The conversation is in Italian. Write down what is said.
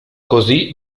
così